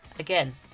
Again